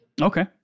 okay